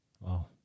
Wow